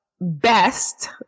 best